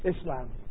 Islam